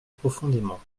profondément